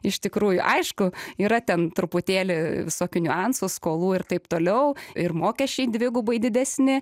iš tikrųjų aišku yra ten truputėlį visokių niuansų skolų ir taip toliau ir mokesčiai dvigubai didesni